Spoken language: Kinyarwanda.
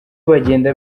bagenda